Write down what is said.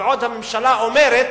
ועוד הממשלה אומרת,